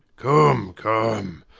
come come!